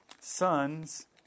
Sons